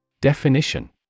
Definition